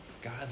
God